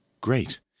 great